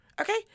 Okay